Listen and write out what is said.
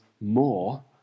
more